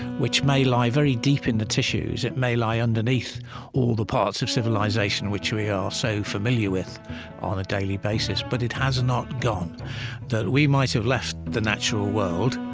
which may lie very deep in the tissues it may lie underneath all the parts of civilization which we are so familiar with on a daily basis, but it has not gone that we might have left the natural world,